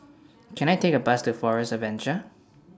Can I Take A Bus to Forest Adventure